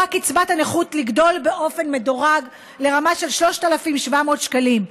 קצבת הנכות לגדול באופן מדורג לרמה של 3,700 שקלים,